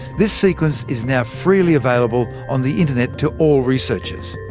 this sequence is now freely available on the internet to all researchers.